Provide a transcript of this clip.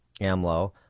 Amlo